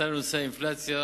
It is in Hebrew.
לנושא האינפלציה,